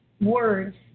words